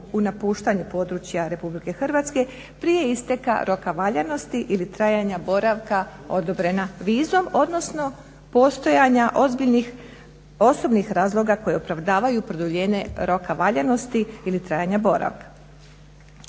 u napuštanju područja RH prije isteka roka valjanosti ili trajanja boravka odobrenog vizom, odnosno postojanja ozbiljnih osobnih razloga koji opravdavaju produljenje roka valjanosti ili trajanja boravka.